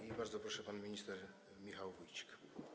I bardzo proszę, pan minister Michał Wójcik.